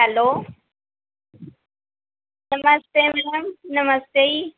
hello namaste ma'am namaste ਜੀ